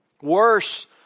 Worse